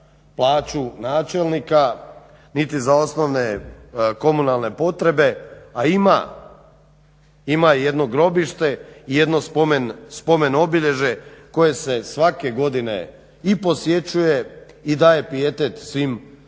plaću načelnika niti za osnovne komunalne potrebe, a ima i jedno grobište i jedno spomen obilježje koje se svake godine i posjećuje i daje pijetet svim žrtvama